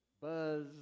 Buzz